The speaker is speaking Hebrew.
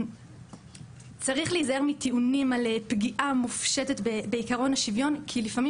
צריך להיזהר מטיעונים על פגיעה מופשטת בעיקרון השוויון כי לפעמים